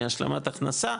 מהשלמת הכנסה,